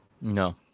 No